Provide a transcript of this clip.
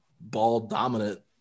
ball-dominant